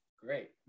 great